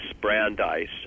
Brandeis